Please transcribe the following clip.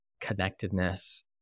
connectedness